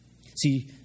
See